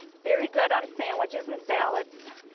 very good on sandwiches and salads.